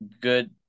good